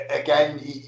again